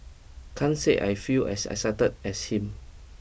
can't say I feel as excited as him